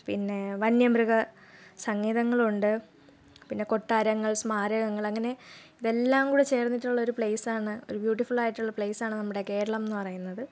പിന്നെ വന്യമൃഗ സങ്കേതങ്ങളുണ്ട് പിന്നെ കൊട്ടാരങ്ങൾ സ്മാരകങ്ങൾ അങ്ങനെ ഇതെല്ലാം കൂടെ ചേർന്നിട്ടുള്ള ഒരു പ്ലേസ് ആണ് ഒരു ബ്യൂട്ടിഫുൾ ആയിട്ടുള്ള ഒരു പ്ലേസ് ആണ് നമ്മുടെ കേരളം എന്ന് പറയുന്നത്